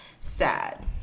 sad